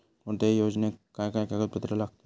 कोणत्याही योजनेक काय काय कागदपत्र लागतत?